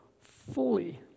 fully